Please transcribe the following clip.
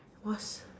was